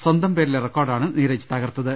സ്വന്തം പേരിലെ റെക്കോർഡാണ് നീരജ് തകർത്തത്